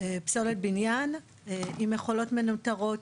פסולת בניין עם מכולות מנוטרות,